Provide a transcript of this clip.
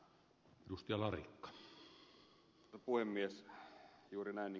juuri näin niin kuin ed